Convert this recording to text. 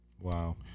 Wow